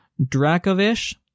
Dracovish